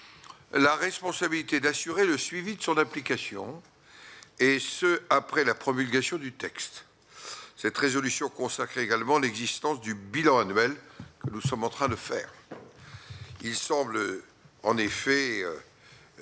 la responsabilité d'assurer le suivi de son application, et ce après la promulgation du texte, cette résolution consacre également l'existence du bilan annuel, nous sommes en train de faire, il semble en effet